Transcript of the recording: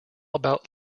about